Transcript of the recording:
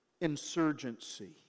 insurgency